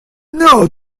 know